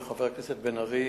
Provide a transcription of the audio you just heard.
וחבר הכנסת בן-ארי